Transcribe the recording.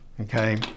okay